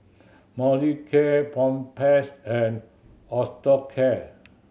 Molicare Propass and Osteocare